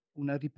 una